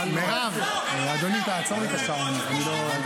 --- עזוב, אלמוג --- אלמוג.